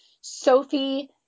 Sophie